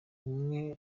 bumwe